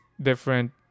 different